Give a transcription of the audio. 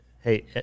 Hey